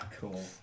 Cool